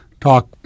talk